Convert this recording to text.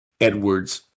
Edwards